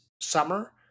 summer